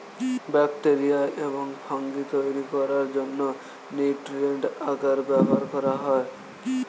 bacteria এবং fungi তৈরি করার জন্য নিউট্রিয়েন্ট আগার ব্যবহার করা হয়